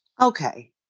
Okay